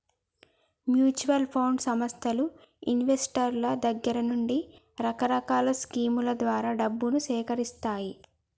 mutual fund సంస్థలు ఇన్వెస్టర్ల దగ్గర నుండి రకరకాల స్కీముల ద్వారా డబ్బును సేకరిత్తాయి